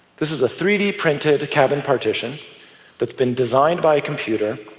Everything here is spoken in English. this is a three d printed cabin partition that's been designed by a computer.